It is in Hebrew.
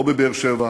לא בבאר-שבע.